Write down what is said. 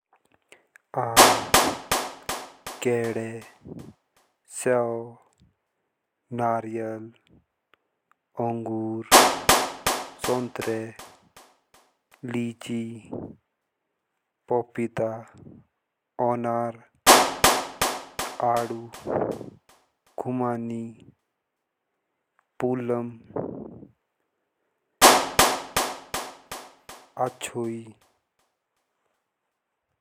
आम। केदे। साऊ। नारियल। अंगूर। संतरे। लीची। पपीता। अनार। आड़ू। कुमाऊनी। प्लम। अच्छोई।